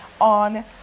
on